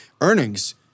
earnings